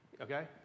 Okay